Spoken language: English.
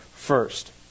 First